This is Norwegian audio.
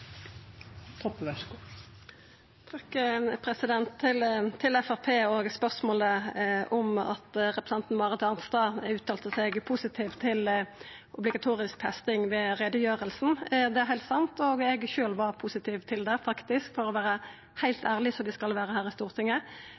til en kort merknad, begrenset til 1 minutt. Til Framstegspartiet og spørsmålet om at representanten Marit Arnstad uttalte seg positivt om obligatorisk testing ved utgreiinga: Det er heilt sant. Eg var sjølv positivt til det, faktisk – for å vera heilt ærleg, som vi skal vera i